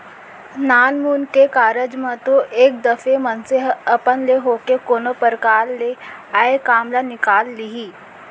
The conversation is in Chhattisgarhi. नानमुन के कारज म तो एक दफे मनसे ह अपन ले होके कोनो परकार ले आय काम ल निकाल लिही